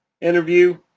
interview